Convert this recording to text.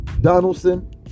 Donaldson